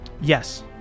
Yes